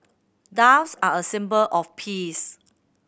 doves are a symbol of peace